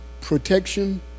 protection